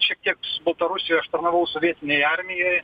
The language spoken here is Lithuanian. šiek tiek baltarusijoj aš tarnavau sovietinėj armijoj